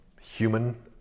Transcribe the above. human